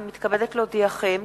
אני מתכבדת להודיעכם,